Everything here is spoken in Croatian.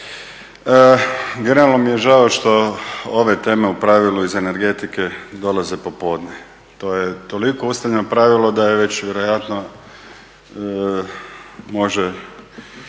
Generalno mi je žao što ove teme u pravilu iz energetike dolaze popodne, to je toliko ustaljeno pravilo da je već vjerojatno može